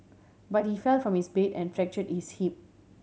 but he fell from his bed and fracture his hip